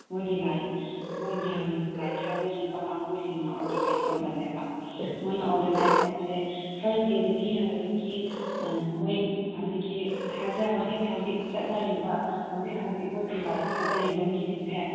ꯃꯣꯏꯒꯤ ꯂꯥꯏ ꯃꯣꯏꯒꯤ ꯍꯥꯟꯅꯒꯤ ꯂꯥꯏ ꯊꯥꯖꯔꯤꯕ ꯀꯥꯡꯕꯨꯁꯤꯡꯅ ꯑꯣꯔꯒꯅꯥꯏꯁ ꯇꯧꯒꯜꯂꯦꯕ ꯃꯣꯏꯅ ꯑꯣꯔꯒꯅꯥꯏꯁ ꯇꯧꯕꯁꯦ ꯊ꯭ꯔꯁꯗꯦꯗꯒꯤ ꯍꯧꯖꯤꯛꯀꯤ ꯃꯣꯏ ꯍꯧꯖꯤꯛꯀꯤ ꯍꯧꯖꯤꯛ ꯍꯧꯖꯤꯛ ꯆꯠꯅꯔꯤꯕ ꯍꯧꯖꯤꯛ ꯍꯧꯖꯤꯛ ꯃꯣꯏꯒꯤ ꯂꯥꯏ ꯊꯥꯖꯔꯤꯕ ꯃꯤꯁꯤꯡꯁꯦ